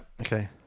Okay